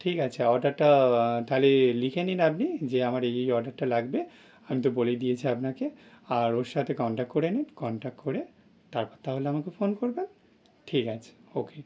ঠিক আছে অর্ডারটা তাহলে লিখে নিন আপনি যে আমার এই এই অর্ডারটা লাগবে আমি তো বলেই দিয়েছি আপনাকে আর ওর সাথে কনট্যাক্ট করে নিন কনট্যাক্ট করে তারপর তাহলে আমাকে ফোন করবেন ঠিক আছে ওকে